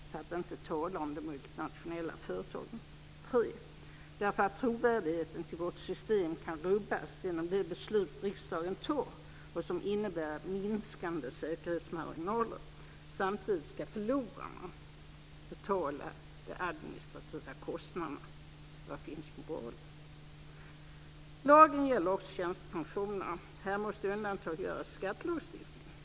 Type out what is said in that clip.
För att inte tala om de multinationella företagen. 3. Därför att trovärdigheten i vårt system kan rubbas genom det beslut som riksdagen tar och som innebär minskande säkerhetsmarginaler. Samtidigt ska "förlorarna" betala de administrativa kostnaderna. Var finns moralen? Lagen gäller också tjänstepensionerna. Här måste undantag göras i skattelagstiftningen.